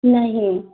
نہیں